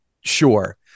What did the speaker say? sure